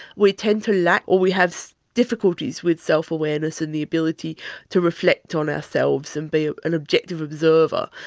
we tend to lack or we have difficulties with self-awareness and the ability to reflect on ourselves and be ah an objective observer.